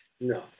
no